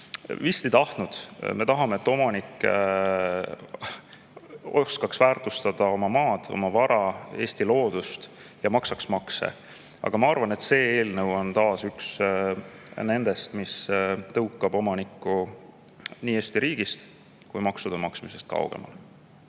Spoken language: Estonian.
Vist ei tahtnud. Me tahame, et omanik oskaks oma maad, oma vara, Eesti loodust väärtustada ja maksaks makse. Aga ma arvan, et see eelnõu on taas üks nendest, mis tõukab omaniku nii Eesti riigist kui ka maksude maksmisest kaugemale.